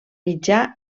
mitjà